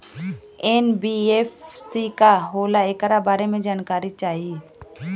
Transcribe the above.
NBFC का होला ऐकरा बारे मे जानकारी चाही?